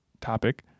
topic